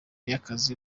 y’akazi